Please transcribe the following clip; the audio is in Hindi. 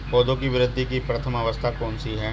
पौधों की वृद्धि की प्रथम अवस्था कौन सी है?